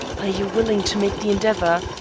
are you willing to make the endeavor?